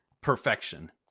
perfection